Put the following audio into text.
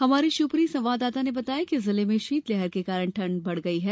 हमारे शिवपुरी संवाददाता ने बताया है कि जिले में शीतलहर के कारण ठंड बढ़ गई है